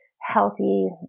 healthy